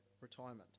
retirement